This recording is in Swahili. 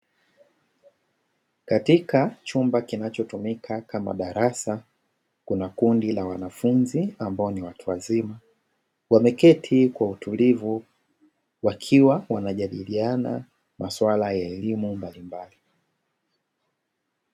Katika chumba kinachotumika kama darasa, kuna kundi la wanafunzi ambao ni watu wazima; wameketi kwa utulivu wakiwa wanajadiliana masuala ya elimu mbalimbali.